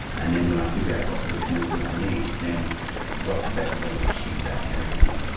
and then when i figure out what so tenancy i need, then what's the best way to achieve that tenancy,